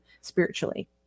spiritually